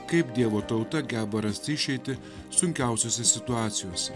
kaip dievo tauta geba rasti išeitį sunkiausiose situacijose